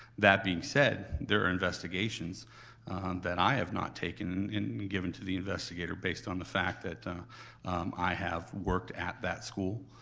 that being said, there are investigations that i have not taken and given to the investigator based on the fact that i have worked at that school.